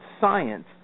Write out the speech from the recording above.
science